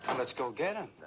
um let's go get him.